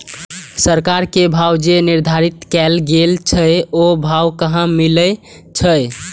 सरकार के भाव जे निर्धारित कायल गेल छै ओ भाव कहाँ मिले छै?